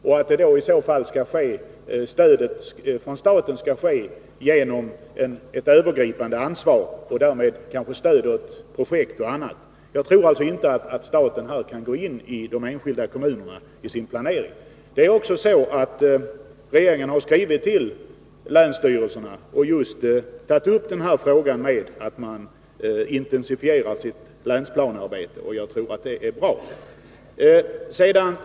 Därefter får staten ta ställning till vilka projekt den anser sig kunna stödja. Jag tror inte att staten vid sin planering kan gå in när det gäller de enskilda kommunerna. Regeringen har skrivit till länstyrelserna och tagit upp just frågan om intensifiering av länsplanearbetet. Jag tror att det är bra.